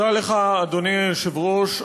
תודה לך, אדוני היושב-ראש.